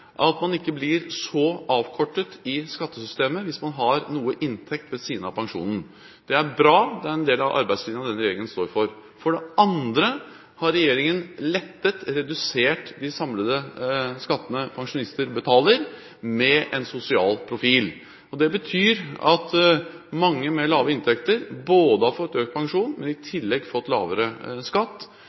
at pensjonen ikke blir så avkortet i skattesystemet, hvis man har noe inntekt ved siden av pensjonen. Det er bra, det er en del av arbeidslinja som denne regjeringen står for. For det andre har regjeringen lettet og redusert de samlede skattene pensjonister betaler, med en sosial profil, og det betyr at mange med lave inntekter har fått både økt pensjon